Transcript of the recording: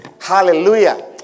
Hallelujah